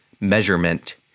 Measurement